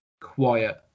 quiet